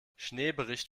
schneebericht